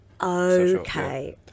okay